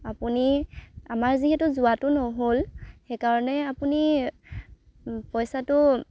আপুনি আমাৰ যিহেতু যোৱাটো নহ'ল সেইকাৰণে আপুনি পইচাটো